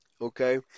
Okay